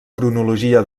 cronologia